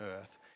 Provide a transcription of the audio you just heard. earth